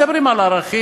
מדברים על ערכים,